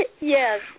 yes